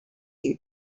you